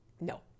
No